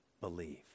believe